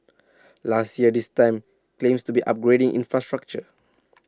last year this time claims to be upgrading infrastructure